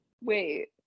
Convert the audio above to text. Wait